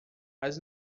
mas